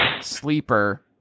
sleeper